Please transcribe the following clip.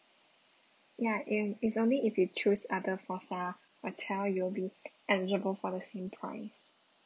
ya in it's only if you chose other four star hotel you'll be eligible for the same price